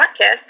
podcast